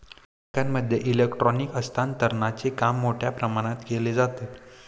बँकांमध्ये इलेक्ट्रॉनिक हस्तांतरणचे काम मोठ्या प्रमाणात केले जाते